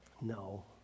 No